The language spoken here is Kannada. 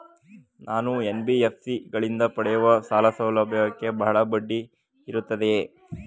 ನಾನು ಎನ್.ಬಿ.ಎಫ್.ಸಿ ಗಳಿಂದ ಪಡೆಯುವ ಸಾಲ ಸೌಲಭ್ಯಕ್ಕೆ ಬಹಳ ಬಡ್ಡಿ ಇರುತ್ತದೆಯೇ?